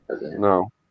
No